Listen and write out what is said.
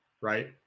right